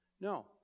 No